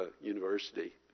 university